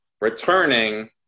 Returning